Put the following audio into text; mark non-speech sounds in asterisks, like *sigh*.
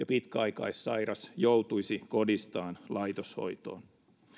*unintelligible* pitkäaikaissairas joutuisi kodistaan laitoshoitoon